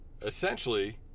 essentially